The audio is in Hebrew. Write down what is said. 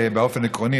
באופן עקרוני,